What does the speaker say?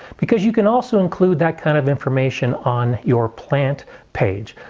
because you can also include that kind of information on your plant page.